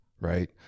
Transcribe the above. right